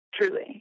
Truly